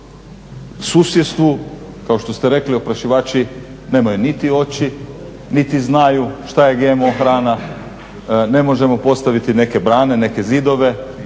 susjedstvu kao što ste rekli oprašivači nemaju niti oči niti znaju šta je GMO hrana. Ne možemo postaviti neke brane i neke zidove.